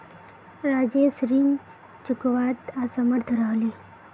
राजेश ऋण चुकव्वात असमर्थ रह ले